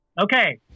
Okay